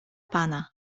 pana